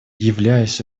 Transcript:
являясь